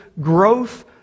growth